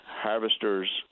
harvesters